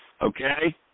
Okay